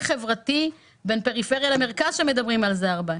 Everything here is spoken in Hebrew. חברתי בין פריפריה למרכז שעליו מדברים הרבה.